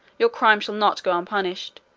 your crime shall not go unpunished.